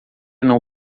não